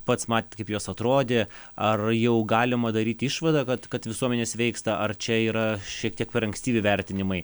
pats matėt kaip jos atrodė ar jau galima daryti išvadą kad kad visuomenė sveiksta ar čia yra šiek tiek per ankstyvi vertinimai